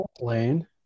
lane